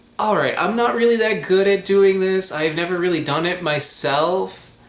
alright. i'm not really that good at doing this i've never really done it myself,